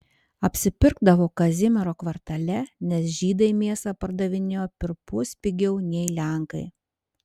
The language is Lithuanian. apsipirkdavo kazimiero kvartale nes žydai mėsą pardavinėjo perpus pigiau nei lenkai